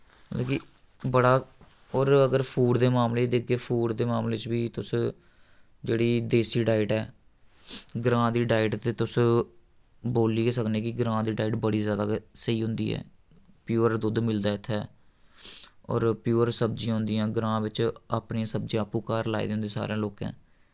मतलब कि बड़ा और अगर फूड दे मामले च दिखगे फूड दे मामले च बी तुस जेह्ड़ी देसी डाइट ऐ ग्रां दी डाइट ते तुस बोल्ली गै सकनें कि ग्रां दी डाइट बड़ी जैदा गै स्हेई होंदी ऐ प्योर दुद्ध मिलदा इत्थै और प्योर सब्जियां होंदियां ग्रां बिच्च अपनी सब्जी आपू घर लाई दी होंदी सारे लोकैं